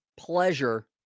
pleasure